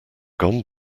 gone